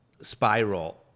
spiral